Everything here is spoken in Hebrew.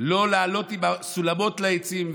ולא לעלות בסולמות לעצים,